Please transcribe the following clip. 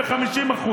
הסוסים בסדר?